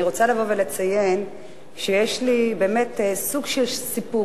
אני רוצה לציין שיש לי באמת סוג של סיפוק,